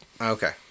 Okay